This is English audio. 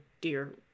dear